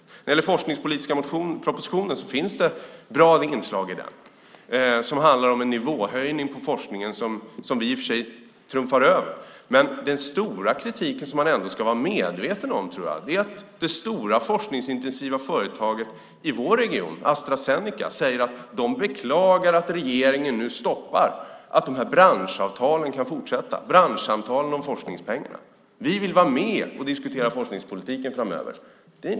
När det gäller den forskningspolitiska propositionen finns det bra inslag i den, till exempel nivåhöjningen på forskningen - som vi i och för sig övertrumfar. Men den stora kritiken, och den ska man vara medveten om, är att det stora forskningsintensiva företaget i vår region, Astra Zeneca, beklagar att regeringen nu stoppar branschsamtalen om forskningspengarna. Vi vill vara med och diskutera forskningspolitiken framöver, säger de.